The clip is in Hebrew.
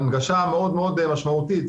הנגשה מאוד מאוד משמעותית,